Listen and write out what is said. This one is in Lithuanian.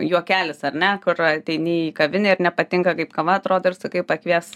juokelis ar ne kur ateini į kavinę ir nepatinka kaip kava atrodo ir sakai pakvies